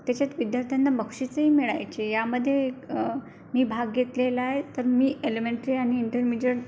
त्याच्यात विद्यार्थ्यांना बक्षीसंही मिळायचे यामध्ये मी भाग घेतलेला आहे तर मी एलिमेंट्री आणि इंटरमिजेट